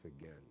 again